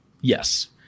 yes